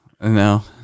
No